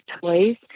toys